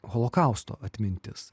holokausto atmintis